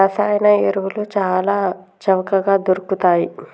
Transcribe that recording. రసాయన ఎరువులు చాల చవకగ దొరుకుతయ్